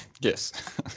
Yes